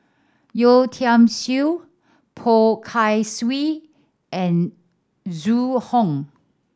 Yeo Tiam Siew Poh Kay Swee and Zhu Hong